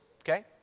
Okay